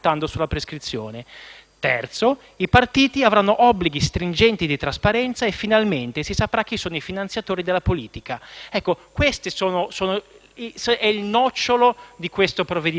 Infine, i partiti avranno obblighi stringenti di trasparenza e finalmente si saprà chi sono i finanziatori della politica. Questo è il nocciolo del provvedimento.